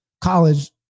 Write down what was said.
college